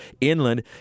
inland